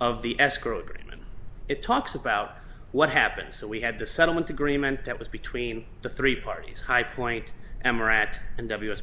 of the escrowed raman it talks about what happens that we had the settlement agreement that was between the three parties highpoint m rat and ws